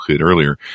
earlier